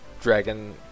Dragon